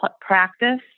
practice